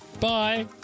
Bye